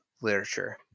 literature